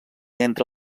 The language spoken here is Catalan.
entre